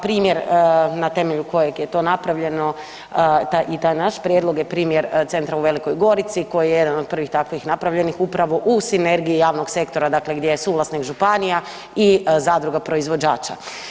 Primjer na temelju kojeg je to napravljeno i taj naš prijedlog je primjer centra u Velikoj Gorici koji je jedan od prvih takvih napravljenih upravo u sinergiji javnog sektora, dakle gdje je suvlasnik županija i zadruga proizvođača.